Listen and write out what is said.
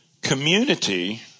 community